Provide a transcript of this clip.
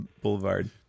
Boulevard